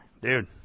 Dude